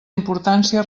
importància